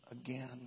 again